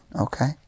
okay